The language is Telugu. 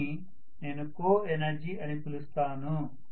దీనిని నేను కోఎనర్జీ అని పిలుస్తాను